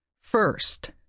First